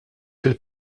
fil